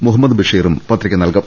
മു ഹമ്മദ് ബഷീറും പത്രിക നൽകും